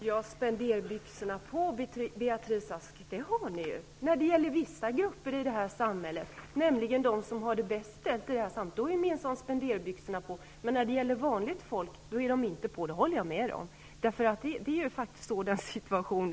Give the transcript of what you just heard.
Fru talman! Visst har ni spenderbyxorna på, Beatrice Ask, när det gäller vissa grupper här i samhället, nämligen dem som har det bäst ställt. När det gäller dem är spenderbyxorna minsann på, men när det gäller vanligt folk är de inte på -- det håller jag med om.